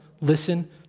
listen